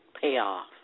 payoff